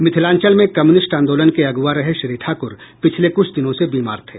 मिथिलांचल में कम्युनिस्ट आंदोलन के अगुवा रहे श्री ठाकुर पिछले कुछ दिनों से बीमार थे